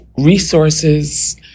resources